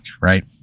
right